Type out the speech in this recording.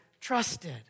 trusted